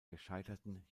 gescheiterten